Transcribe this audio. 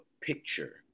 picture